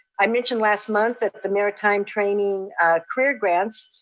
i mentioned last month at the maritime training career grants